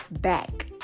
back